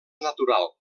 natural